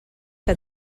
que